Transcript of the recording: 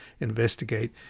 investigate